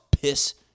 piss